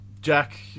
Jack